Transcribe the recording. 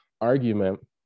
argument